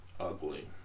ugly